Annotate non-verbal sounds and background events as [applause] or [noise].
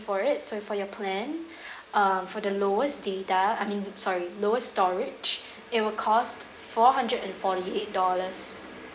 for it so for your plan [breath] uh for the lowest data I mean sorry lowest storage it will cost four hundred and forty-eight dollars